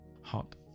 hot